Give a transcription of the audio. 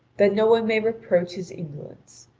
that no one may reproach his indolence.